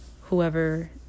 whoever